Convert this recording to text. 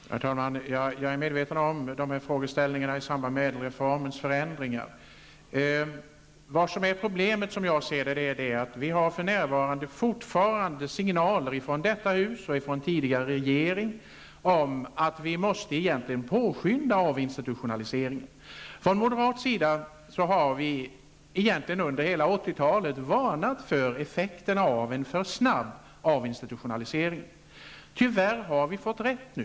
Herr talman! Jag är medveten om dessa frågeställningar i samband med ÄDEL-reformens förändringar. Problemet, som jag ser det, är att vi fortfarande har signaler från detta hus och från den tidigare regeringen om att vi måste påskynda avinstitutionaliseringen. Vi moderater har under hela 1980-talet varnat för effekterna av en för snabb avinstitutionalisering. Tyvärr har vi fått rätt.